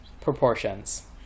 proportions